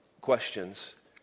questions